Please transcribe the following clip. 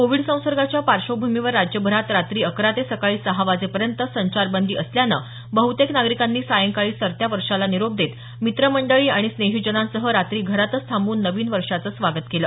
Covid संसर्गाच्या पार्श्वभूमीवर राज्यभरात रात्री अकरा ते सकाळी सहा वाजेपर्यंत संचारबंदी असल्यानं बहतेक नागरिकांनी सायंकाळी सरत्या वर्षाला निरोप देत मित्रमंडळी आणि स्नेहीजनांसह रात्री घरातच थांबून नवीन वर्षाचं स्वागत केलं